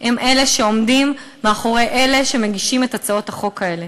הם אלה שעומדים מאחורי אלה שמגישים את הצעות החוק האלה,